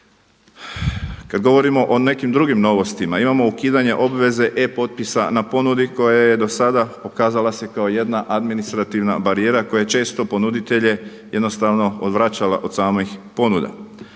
Kad govorimo o nekim drugim novostima imamo ukidanje obveze e-potpisa na ponudi koja je do sada pokazala se kao jedna administrativna barijera koja je često ponuditelje jednostavno odvraćala od samih ponuda.